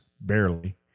barely